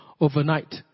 overnight